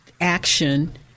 action